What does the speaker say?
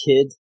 kid